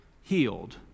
healed